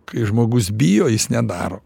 kai žmogus bijo jis nedaro